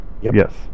Yes